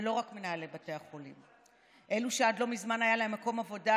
ולא רק מנהלי בתי החולים: אלו שעד לא מזמן היה להם מקום עבודה,